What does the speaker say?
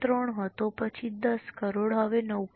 3 હતો પછી 10 કરોડ હવે 9